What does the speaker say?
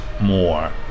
more